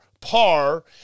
par